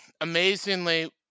amazingly